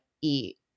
eat